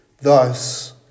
thus